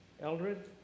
Eldred